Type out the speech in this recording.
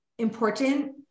Important